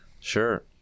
Sure